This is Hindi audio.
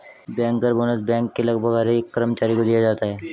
बैंकर बोनस बैंक के लगभग हर एक कर्मचारी को दिया जाता है